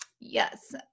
Yes